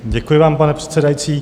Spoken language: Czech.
Děkuji vám, pane předsedající.